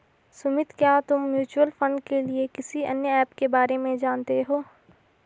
सुमित, क्या तुम mutual fund के लिए किसी अन्य ऐप के बारे में जानते हो?